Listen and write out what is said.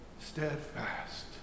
steadfast